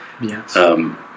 Yes